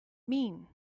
mean